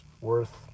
worth